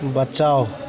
बचाउ